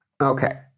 Okay